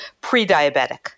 pre-diabetic